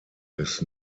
des